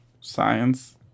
Science